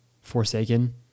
forsaken